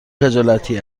خجالتی